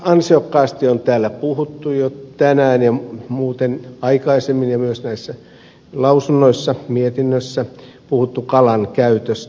ansiokkaasti täällä on puhuttu jo tänään ja muuten aikaisemmin ja myös näissä lausunnoissa mietinnössä kalan käytöstä